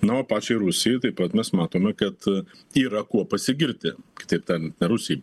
na o pačiai rusijai taip pat mes matome kad yra kuo pasigirti kitaip ten ne rusijai